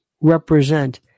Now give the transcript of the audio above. represent